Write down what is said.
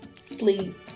Sleep